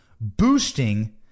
boosting